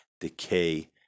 decay